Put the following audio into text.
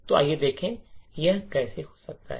तो आइए देखें कि यह कैसे हो सकता है